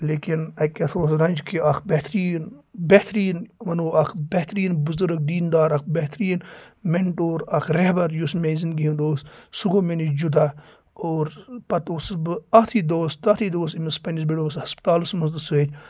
لیکِن اَکہِ اوس رَنجہِ کہِ اَکھ بہتریٖن بہتریٖن وَنو اَکھ بہتریٖن بُزرٕگ دیٖن دار اَکھ بہتریٖن مٮ۪نٹور اَکھ رہبَر یُس میٛانہِ زِندگی ہُنٛد اوس سُہ گوٚو مےٚ نِش جُدا اور پَتہٕ اوسُس بہٕ اَتھٕے دوس تَتھٕے دوس أمِس پنٛنِس بِڈوس ہَسپَتالَس منٛز سۭتۍ